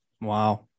Wow